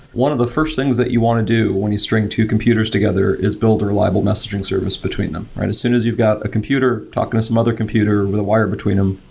one of the first things that you want to do when you string two computers together is build a reliable messaging service between them. and as soon as you've got a computer talking to some other computer with a wire between them,